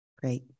Great